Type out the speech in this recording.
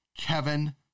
Kevin